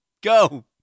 Go